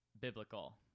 biblical